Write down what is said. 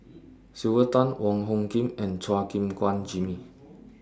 Sylvia Tan Wong Hung Khim and Chua Gim Guan Jimmy